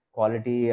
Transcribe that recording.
Quality